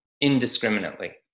indiscriminately